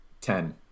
Ten